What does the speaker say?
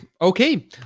Okay